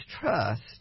trust